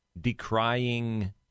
decrying